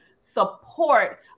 support